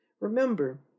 Remember